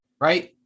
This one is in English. right